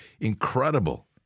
incredible